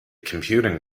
computing